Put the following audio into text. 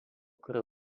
kurio